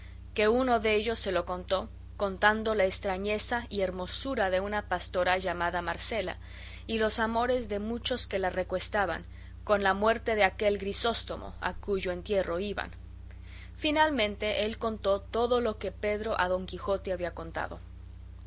que uno dellos se lo contó contando la estrañeza y hermosura de una pastora llamada marcela y los amores de muchos que la recuestaban con la muerte de aquel grisóstomo a cuyo entierro iban finalmente él contó todo lo que pedro a don quijote había contado